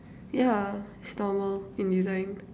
ya it's normal in design